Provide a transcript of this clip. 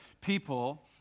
people